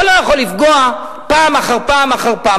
אתה לא יכול לפגוע פעם אחר פעם אחר פעם.